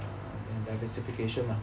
and diversification ah